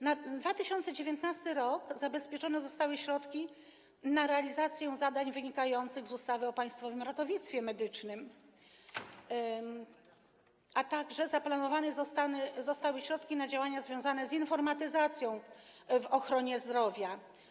Na 2019 r. zabezpieczone zostały środki na realizację zadań wynikających z ustawy o Państwowym Ratownictwie Medycznym, a także zaplanowane zostały środki na działania związane z informatyzacją w ochronie zdrowia.